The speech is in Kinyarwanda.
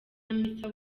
hamisa